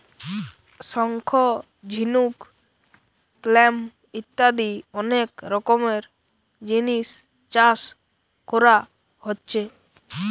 শঙ্খ, ঝিনুক, ক্ল্যাম ইত্যাদি অনেক রকমের জিনিস চাষ কোরা হচ্ছে